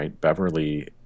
Beverly